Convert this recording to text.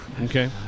okay